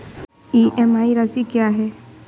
EMI राशि क्या है?